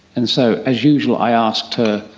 and so as usual i asked her,